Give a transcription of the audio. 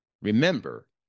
Remember